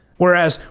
whereas,